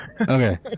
Okay